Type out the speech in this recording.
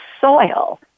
soil